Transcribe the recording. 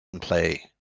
play